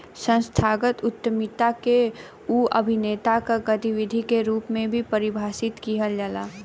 संस्थागत उद्यमिता के उ अभिनेता के गतिविधि के रूप में परिभाषित किहल जाला